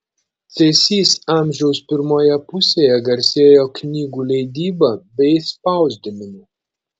cėsys amžiaus pirmoje pusėje garsėjo knygų leidyba bei spausdinimu